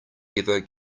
ever